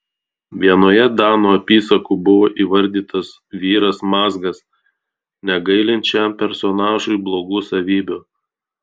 vienoje danų apysakų buvo įvardytas vyras mazgas negailint šiam personažui blogų savybių